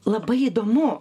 labai įdomu